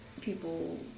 people